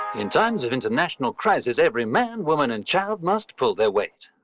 in times of international crisis, every man, woman, and child must pull their weight.